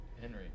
Henry